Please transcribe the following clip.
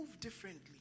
differently